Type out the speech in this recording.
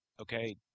Okay